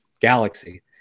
galaxy